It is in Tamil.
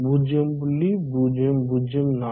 001 0